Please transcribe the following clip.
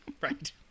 Right